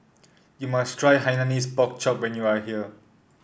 you must try Hainanese Pork Chop when you are here